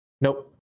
Nope